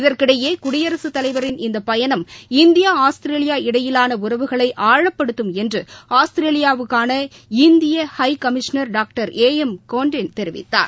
இதற்கிடையேகுடியரசுதலைவரின் இந்தபயணம் India Australia இடையிலாளஉறவுகளைஆழப்படுத்தும் என்று ஆஸ்திரேலியாவுக்கான இந்தியஹைகமிஷனா டாக்டர் ஏ எம் கோண்டேன் தெரிவித்தார்